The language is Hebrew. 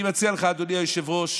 אני מציע לך, אדוני היושב-ראש: